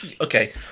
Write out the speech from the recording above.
Okay